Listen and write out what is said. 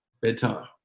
bedtime